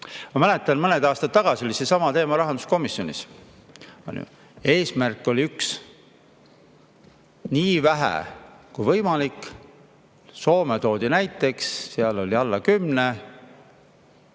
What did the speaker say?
Ma mäletan, mõned aastad tagasi oli seesama teema rahanduskomisjonis. Eesmärk oli üks: nii vähe kui võimalik. Soome toodi näiteks, seal oli alla kümne.